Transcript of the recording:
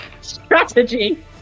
strategy